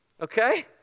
okay